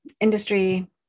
industry